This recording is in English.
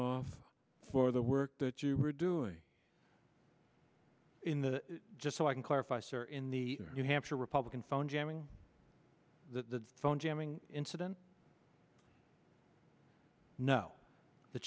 a for the work that you were doing in the just so i can clarify sir in the new hampshire republican phone jamming the phone jamming incident no